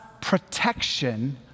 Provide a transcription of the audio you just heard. protection